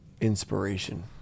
inspiration